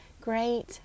Great